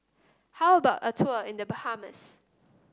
how about a tour in The Bahamas